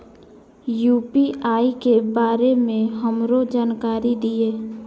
UPI के बारे में हमरो जानकारी दीय?